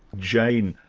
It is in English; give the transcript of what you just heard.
jane,